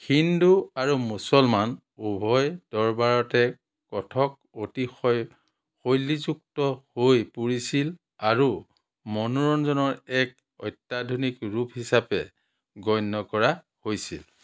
হিন্দু আৰু মুছলমান উভয় দৰবাৰতে কথক অতিশয় শৈলীযুক্ত হৈ পৰিছিল আৰু মনোৰঞ্জনৰ এক অত্যাধুনিক ৰূপ হিচাপে গণ্য কৰা হৈছিল